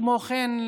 כמו כן,